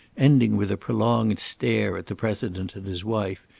ending with a prolonged stare at the president and his wife,